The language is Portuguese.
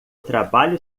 trabalho